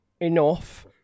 enough